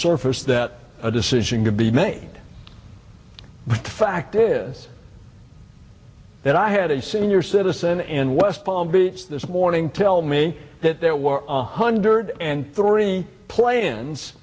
surface that a decision could be made but the fact is that i had a senior citizen and west palm beach this morning tell me that there were on hundred and thirty plan